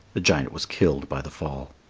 the giant was killed by the fall.